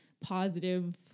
positive